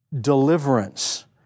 deliverance